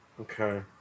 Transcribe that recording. Okay